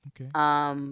Okay